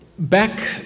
Back